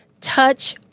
touch